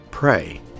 Pray